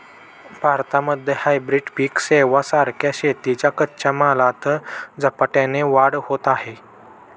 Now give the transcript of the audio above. भारतामध्ये हायब्रीड पिक सेवां सारख्या शेतीच्या कच्च्या मालात झपाट्याने वाढ होत आहे